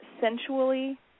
sensually